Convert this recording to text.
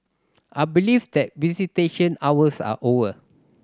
I believe that visitation hours are over